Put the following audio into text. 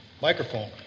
microphone